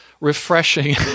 refreshing